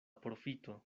profito